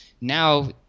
now